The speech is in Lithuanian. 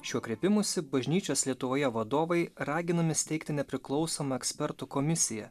šiuo kreipimusi bažnyčios lietuvoje vadovai raginami steigti nepriklausomą ekspertų komisiją